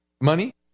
money